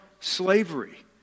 slavery